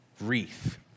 wreath